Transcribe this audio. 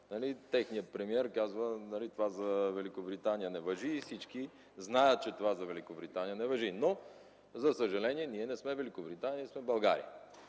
техният премиер казва: това за Великобритания не важи! И всички знаят, че това за Великобритания не важи. Но за съжаление ние не сме Великобритания, а сме България.